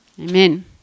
Amen